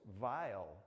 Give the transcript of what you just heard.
vile